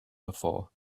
before